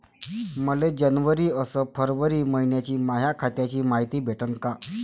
मले जनवरी अस फरवरी मइन्याची माया खात्याची मायती भेटन का?